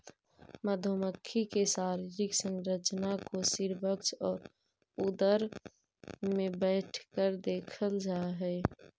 मधुमक्खी के शारीरिक संरचना को सिर वक्ष और उदर में बैठकर देखल जा हई